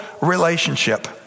relationship